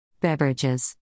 Beverages